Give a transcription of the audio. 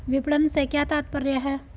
विपणन से क्या तात्पर्य है?